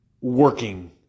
working